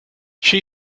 she